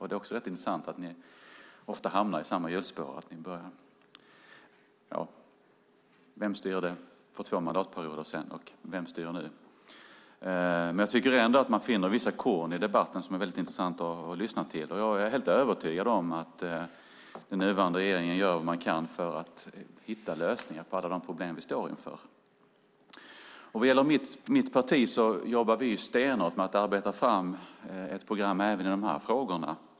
Det är också rätt intressant att ni ofta hamnar i samma hjulspår, att ni talar om vem som styrde för två mandatperioder sedan och vem som styr nu. Jag tycker ändå att jag finner vissa korn i debatten som är väldigt intressanta att lyssna till, och jag är helt övertygad om att den nuvarande regeringen gör vad den kan för att hitta lösningar på alla de problem vi står inför. Vad gäller mitt parti så jobbar vi stenhårt med att arbeta fram ett program även i de här frågorna.